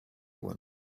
one